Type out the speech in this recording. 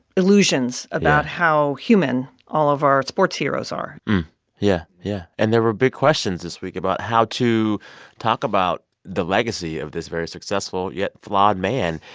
illusions about how human all of our sports heroes are yeah, yeah. and there were big questions this week about how to talk about the legacy of this very successful yet flawed man.